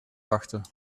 wachten